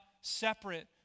separate